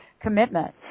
commitment